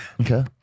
Okay